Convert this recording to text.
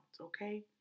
okay